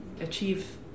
achieve